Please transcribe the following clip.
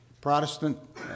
Protestant